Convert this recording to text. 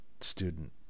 student